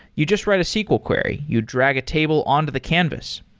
you just write a sql query. you drag a table on to the canvas.